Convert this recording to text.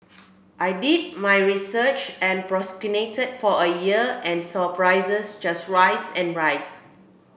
I did my research and procrastinated for a year and saw prices just rise and rise